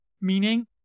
meaning